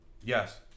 Yes